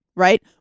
right